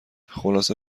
خلاصه